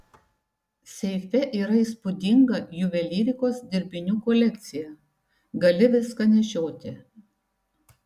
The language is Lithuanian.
seife yra įspūdinga juvelyrikos dirbinių kolekcija gali viską nešioti